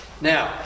Now